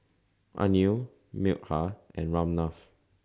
Anil Milkha and Ramnath